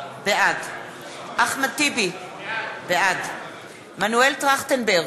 בעד אחמד טיבי, בעד מנואל טרכטנברג,